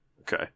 Okay